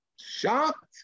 shocked